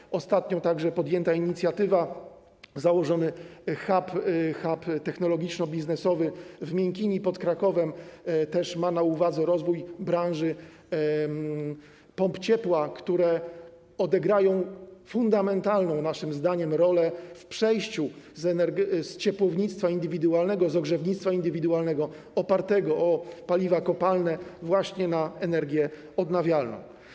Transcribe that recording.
Także ostatnio podjęta inicjatywa, założony hub technologiczno-biznesowy w Miękini pod Krakowem, też ma na uwadze rozwój branży pomp ciepła, które odegrają fundamentalną naszym zdaniem rolę w przejściu z ciepłownictwa indywidualnego, z ogrzewnictwa indywidualnego, opartego o paliwa kopalne, właśnie na energię odnawialną.